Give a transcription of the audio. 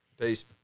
Peace